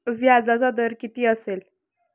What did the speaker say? व्याजाचा दर किती असेल?